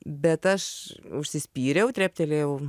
bet aš užsispyriau treptelėjau